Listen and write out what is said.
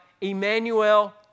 Emmanuel